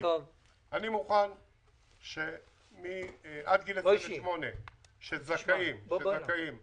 אני מוכן שעד גיל 28 והם זכאים,